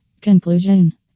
Conclusion